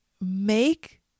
make